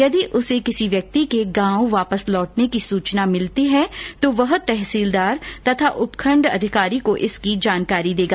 यदि उसे किसी व्यक्ति के गांव वापस लौटने की सुचना मिलती है तो वह तहसीलदार तथा उपखण्ड अधिकारी को इसकी जानकारी देगा